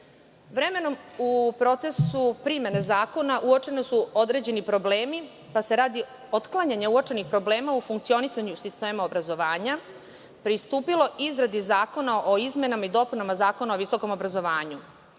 u procesu primene zakona uočeni su određeni problemi, pa se radi otklanjanja uočenih problema u funkcionisanju sistema obrazovanja pristupilo izradi Zakona o izmenama i dopunama Zakona o visokom obrazovanju.